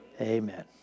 Amen